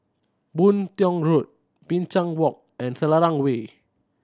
Boon Tiong Road Binchang Walk and Selarang Way